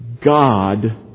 God